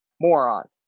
moron